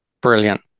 brilliant